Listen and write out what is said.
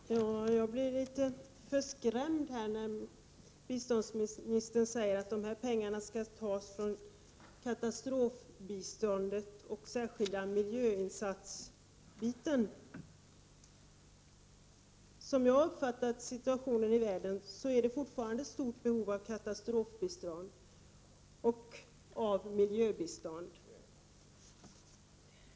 Herr talman! Jag blir litet skrämd när biståndsministern här säger att pengarna skall tas från anslagen till katastrofbistånd och särskilda miljöinsatser. Som jag uppfattat situationen i världen finns det fortfarande ett stort behov av katastrofbistånd och miljöbistånd.